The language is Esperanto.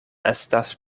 estas